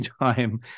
time